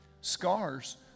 scars